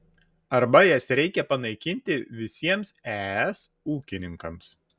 arba jas reikia panaikinti visiems es ūkininkams